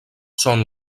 són